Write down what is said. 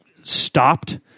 stopped